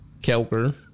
Kelker